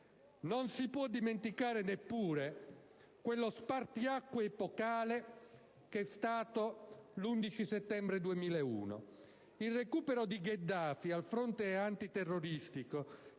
Non si può dimenticare neppure quello spartiacque epocale che è stato l'11 settembre 2001, e il recupero di Gheddafi al fronte anti-terroristico